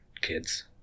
kids